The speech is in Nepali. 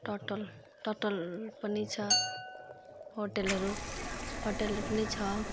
टोटोवाला टोटोवाला पनि छ होटलहरू होटलहरू पनि छ